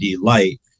light